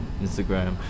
Instagram